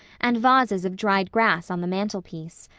and vases of dried grass on the mantel-piece.